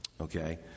Okay